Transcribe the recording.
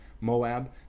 Moab